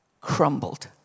crumbled